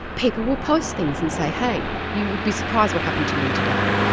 people will post things and say, hey, you would be surprised what happened to me today',